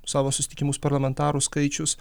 savo susitikimus parlamentarų skaičius